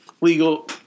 legal